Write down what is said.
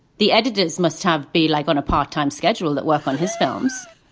the editors must have be like on a part time schedule at work on his films.